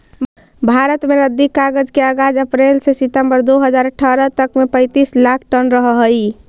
भारत में रद्दी कागज के आगाज अप्रेल से सितम्बर दो हज़ार अट्ठरह तक में पैंतीस लाख टन रहऽ हई